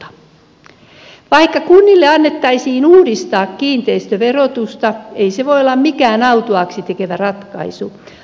vaikka kuntien annettaisiin uudistaa kiinteistöverotusta ei se voi olla mikään autuaaksi tekevä ratkaisu